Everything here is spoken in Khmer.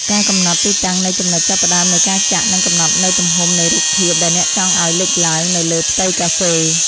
ការកំណត់ទីតាំងនៃចំណុចចាប់ផ្តើមនៃការចាក់ នឹងកំណត់នូវទំហំនៃរូបភាពដែលអ្នកចង់ឱ្យលេចឡើងនៅលើផ្ទៃកាហ្វេ។